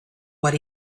what